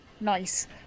nice